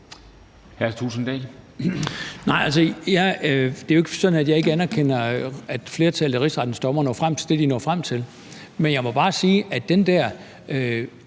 Thulesen Dahl (DF): Det er jo ikke sådan, at jeg ikke anerkender, at et flertal af Rigsrettens dommere når frem til det, de når frem til. Men i forhold til den der